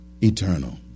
eternal